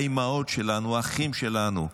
האימהות שלנו, האחים שלנו,